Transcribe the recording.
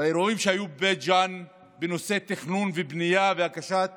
באירועים שהיו בבית ג'ן בנושא תכנון ובנייה והגשת